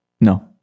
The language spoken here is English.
No